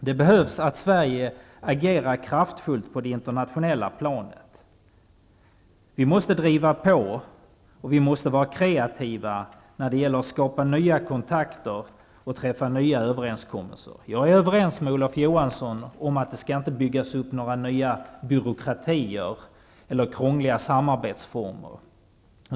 Det behövs att Sverige agerar kraftfullt på det internationella planet. Vi måste driva på och vara kreativa när det gäller att skapa nya kontakter och träffa nya överenskommelser. Jag är överens med Olof Johansson om att det inte skall byggas upp några nya byråkratier eller krångliga samarbetsformer.